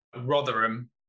Rotherham